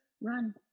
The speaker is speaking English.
run